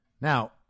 Now